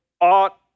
ought